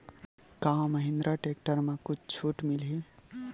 का महिंद्रा टेक्टर म कुछु छुट मिलही?